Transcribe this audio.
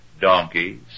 donkeys